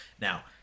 Now